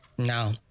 No